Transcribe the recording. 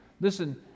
Listen